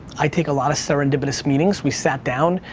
i take a lot of serendipitous meetings. we sat down.